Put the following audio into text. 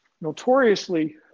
notoriously